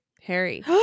Harry